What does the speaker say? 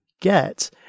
get